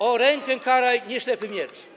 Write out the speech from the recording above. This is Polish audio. O! Rękę karaj, nie ślepy miecz”